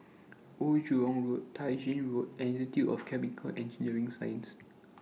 Old Jurong Road Tai Gin Road and Institute of Chemical and Engineering Sciences